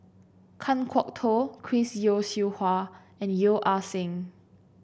Kan Kwok Toh Chris Yeo Siew Hua and Yeo Ah Seng